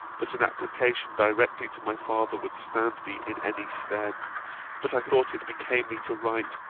that an application directly to my father would stand me in any stead but i thought it became me to write,